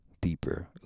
deeper